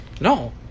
No